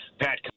Pat